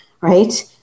Right